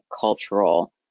cultural